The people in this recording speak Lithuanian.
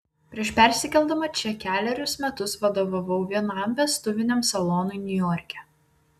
prieš persikeldama čia kelerius metus vadovavau vienam vestuviniam salonui niujorke